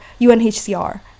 unhcr